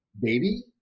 baby